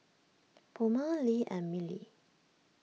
Puma Lee and Mili